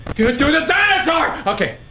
do and do the dinosaur! okay